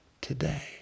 today